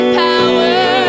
power